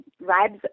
rides